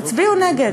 תצביעו נגד.